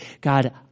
God